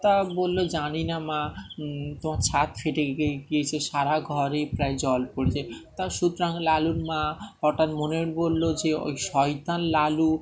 তা বললো জানি না মা তোমার ছাদ ফেটে গিয়েছে সারা ঘরে প্রায় জল পড়েছে তা সুতরাং লালুর মা হঠাৎ মনের বললো যে ওই শয়তান লালু